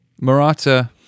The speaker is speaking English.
Murata